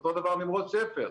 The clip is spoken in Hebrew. אותו דבר נמרוד שפר.